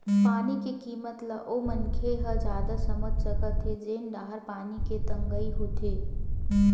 पानी के किम्मत ल ओ मनखे ह जादा समझ सकत हे जेन डाहर पानी के तगई होवथे